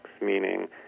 meaning